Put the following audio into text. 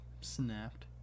snapped